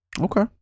okay